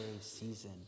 season